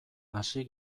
hasi